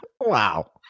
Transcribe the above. wow